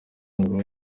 ngo